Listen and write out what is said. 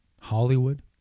Hollywood